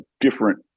different